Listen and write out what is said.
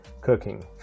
cooking